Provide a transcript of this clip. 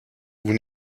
vous